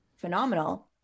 phenomenal